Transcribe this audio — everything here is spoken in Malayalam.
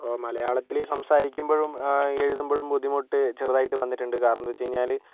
ഇപ്പോൾ മലയാളത്തില് സംസാരിക്കുമ്പോഴും എഴുതുമ്പോഴും ബുദ്ധിമുട്ട് ചെറുതായിട്ട് വന്നിട്ടുണ്ട് കാരണം എന്താന്ന് വച്ച് കഴിഞ്ഞാല്